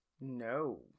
No